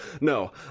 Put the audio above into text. No